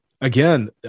Again